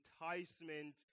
enticement